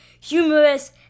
humorous